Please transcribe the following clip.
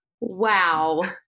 wow